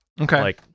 Okay